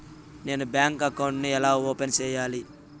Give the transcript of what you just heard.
నేను bank account ను ఎలా ఓపెన్ సేయాలి?